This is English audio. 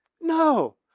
No